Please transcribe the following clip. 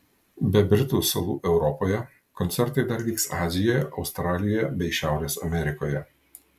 be britų salų europoje koncertai dar vyks azijoje australijoje bei šiaurės amerikoje